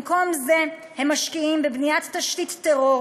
במקום זה הם משקיעים בבניית תשתית טרור